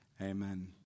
amen